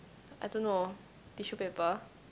I don't know tissue paper